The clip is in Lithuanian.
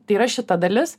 tai yra šita dalis